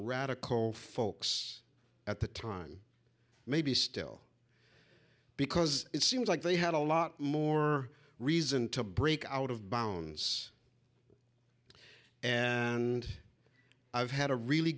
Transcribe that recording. radical folks at the time maybe still because it seems like they had a lot more reason to break out of bounds and i've had a really